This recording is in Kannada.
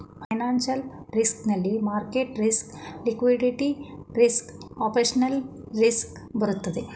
ಫೈನಾನ್ಸಿಯಲ್ ರಿಸ್ಕ್ ನಲ್ಲಿ market risk, liquidity risk, operational risk ಬರುತ್ತದೆ